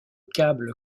câble